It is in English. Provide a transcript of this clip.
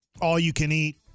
all-you-can-eat